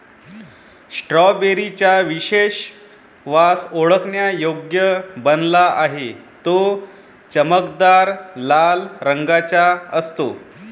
strawberry चा विशेष वास ओळखण्यायोग्य बनला आहे, तो चमकदार लाल रंगाचा असतो